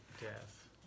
death